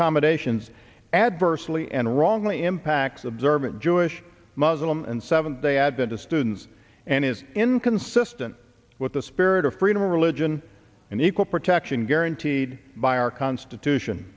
accommodations adversely and wrongly impacts observant jewish muslim and seventh day adventists students and is inconsistent with the spirit of freedom of religion and equal protection guaranteed by our constitution